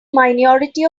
minority